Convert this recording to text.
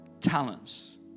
talents